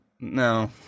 No